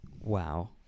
Wow